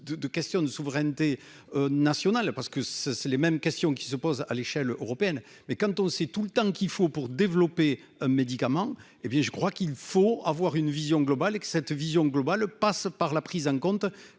de questions de souveraineté nationale parce que c'est les mêmes questions qui se posent à l'échelle européenne, mais quand on sait tout le temps qu'il faut pour développer un médicament, hé bien je crois qu'il faut avoir une vision globale et que cette vision globale passe par la prise en compte